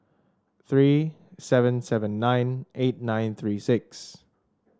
three seven seven nine eight nine six three